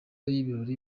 y’ibirori